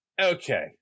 okay